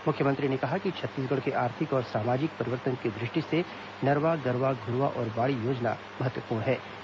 मुख्यमंत्री ने कहा कि छत्तीसगढ़ के आर्थिक और सामाजिक परिवर्तन की दृष्टि से नरवा गरूवा घुरूवा और बाड़ी महत्वपूर्ण योजना है